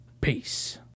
peace